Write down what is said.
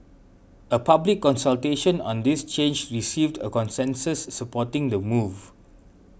a public consultation on this change received a consensus supporting the move